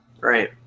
Right